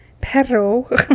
Perro